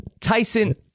Tyson